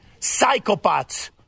psychopaths